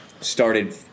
started